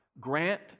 grant